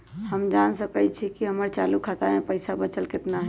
हम जान सकई छी कि हमर चालू खाता में पइसा बचल कितना हई